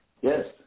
Yes